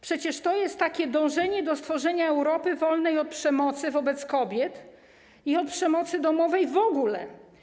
Przecież to jest wyraz dążenia do stworzenia Europy wolnej od przemocy wobec kobiet i od przemocy domowej w ogóle.